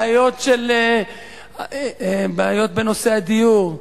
בעיות בנושא הדיור.